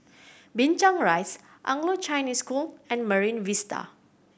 Binchang Rise Anglo Chinese School and Marine Vista